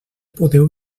podeu